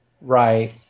Right